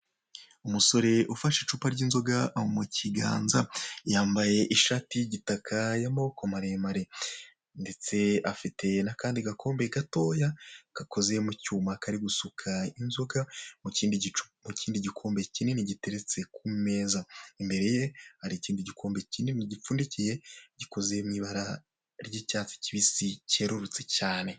Umusore ufashe icupa ry'inzoga mu kiganza yambaye ishati y'igitaka y'amaboko maremare ndetse afite n'akandi gakombe gatoya gakoze mu cyuma kari gusuka inzoga mu kindi gikombe kinini giteretse ku meza imbere ye hari ikindi gikombe kinini gipfundikiye gikoze mu ibara ry'icyatsi kibisi kerurutse cyane.